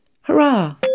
Hurrah